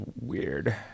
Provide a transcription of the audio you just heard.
weird